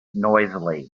noisily